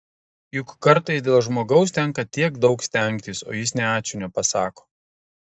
juk kartais dėl žmogaus tenka tiek daug stengtis o jis nė ačiū nepasako